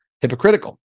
hypocritical